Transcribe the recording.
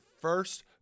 first